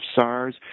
SARS